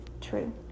true